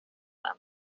them